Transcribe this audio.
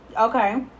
okay